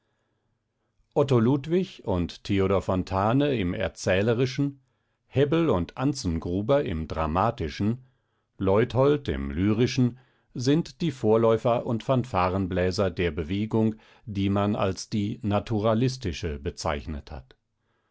ludwig und theodor fontane im erzählerischen hebbel und anzengruber im dramatischen leuthold im lyrischen sind die vorläufer und fanfarenbläser der bewegung die man als die naturalistische bezeichnet hat